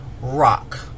rock